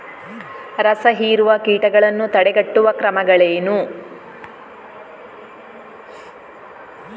ರಸಹೀರುವ ಕೀಟಗಳನ್ನು ತಡೆಗಟ್ಟುವ ಕ್ರಮಗಳೇನು?